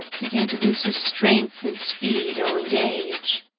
began to lose his strength and speed owing to age.